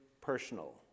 personal